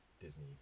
disney